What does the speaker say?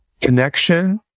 connection